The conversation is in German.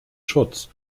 schutz